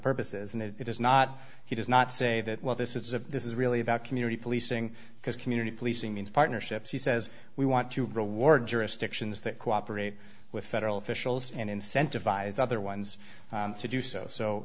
purposes and it is not he does not say that well this is a this is really about community policing because community policing means partnerships he says we want to reward jurisdictions that cooperate with federal officials and incentivize other ones to do so so